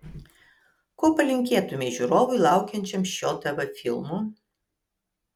ko palinkėtumei žiūrovui laukiančiam šio tv filmo